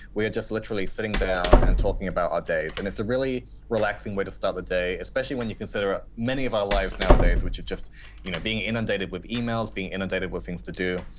we're just literally sitting down and talking about our days. and it's a really relaxing way to start the day, especially when you consider ah many of our lives nowadays, which is just you know being inundated with emails, being inundated with things to do,